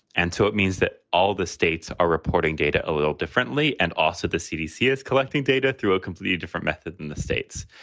and so it means that all the states are reporting data a little differently. and also, the cdc is collecting data through a completely different method than the states.